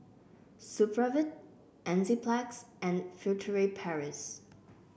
Supravit Enzyplex and Furtere Paris